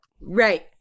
Right